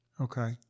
Okay